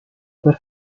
per